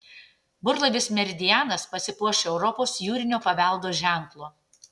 burlaivis meridianas pasipuoš europos jūrinio paveldo ženklu